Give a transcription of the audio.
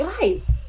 guys